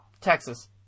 Texas